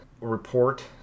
report